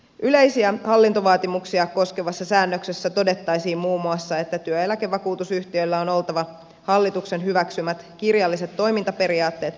yleisiä hallintovaatimuksia koskevassa säännöksessä todettaisiin muun muassa että työeläkevakuutusyhtiöillä on oltava hallituksen hyväksymät kirjalliset toimintaperiaatteet palkitsemisesta